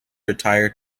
retired